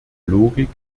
logik